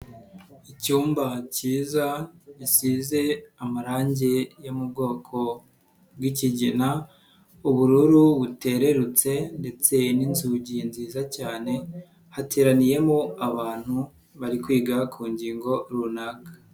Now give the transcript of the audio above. Icyumba cyiza gisize amarange yo mu bwoko bw'ikigina, ubururu butererutse ndetse n'inzugi nziza cyane hateraniyemo abantu bari kwiga ku ngingo runaka.